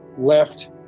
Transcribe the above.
left